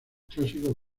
clásicos